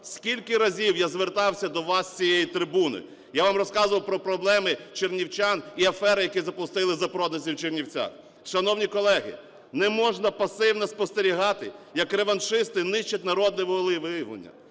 Скільки разів я звертався до вас з цієї трибуни. Я вам розказував про проблеми чернівчан і афери, які запустили запроданці в Чернівцях. Шановні колеги, неможна пасивно спостерігати, як реваншисти нищать народне волевиявлення,